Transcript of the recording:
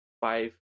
five